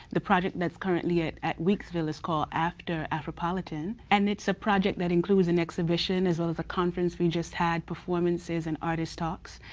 the project that's currently at at weeksville is called after afropolitan and it's a project that includes an exhibition as well as a conference we just had, performances and artists talks,